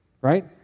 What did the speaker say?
right